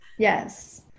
Yes